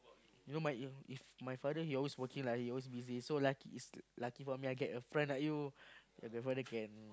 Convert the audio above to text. you know my if if my father he always working lah he always busy so is lucky is lucky for me I get a friend like you my father can